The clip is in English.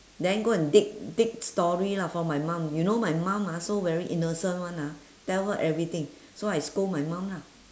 then go and dig dig story lah for my mum you know my mum ah so very innocent [one] ah tell her everything so I scold my mum lah